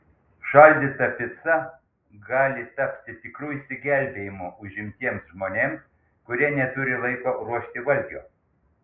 šaldyta pica gali tapti tikru išsigelbėjimu užimtiems žmonėms kurie neturi laiko ruošti valgio